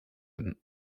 werden